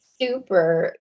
super